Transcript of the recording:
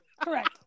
Correct